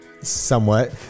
somewhat